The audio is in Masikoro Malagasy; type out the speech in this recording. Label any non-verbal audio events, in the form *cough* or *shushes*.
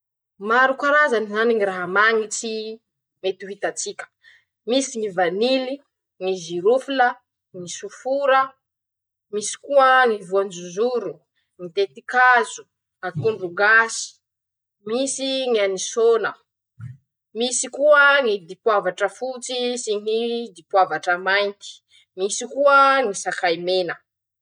Maro karazany zany ñy raha mañitsy y mety ho hitatsika: -Misy ñy vanily; ñy zirôfila; ñy sofora; misy koa ñy voanjozoro, ñy tetikazo. *shushes* akondro gasy; misy ñy any sôna. *shushes* misy koa ñy dipoavatra foty sy ny dipoavatra mainty; misy koa ñy sakay mena.